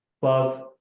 plus